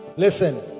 Listen